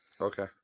Okay